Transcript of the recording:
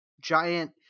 giant